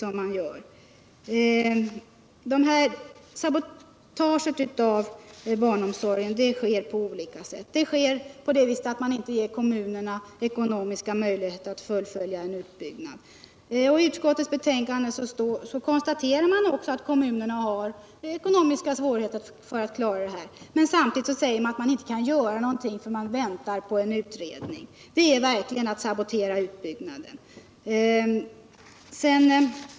Sabotaget av barnomsorgen sker på olika sätt. Det sker för det första genom att man inte ger kommunerna ekonomiska möjligheter att fullfölja utbyggnaden. I utskottsbetänkandet konstaterar man att kommunerna har ekonomiska svårigheter att klara detta, men samtidigt säger man att man inte kan göra något eftersom man väntar på en utredning. Det är verkligen att sabotera utbyggnaden.